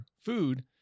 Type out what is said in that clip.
food